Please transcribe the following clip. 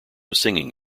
singing